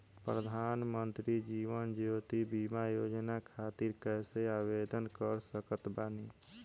प्रधानमंत्री जीवन ज्योति बीमा योजना खातिर कैसे आवेदन कर सकत बानी?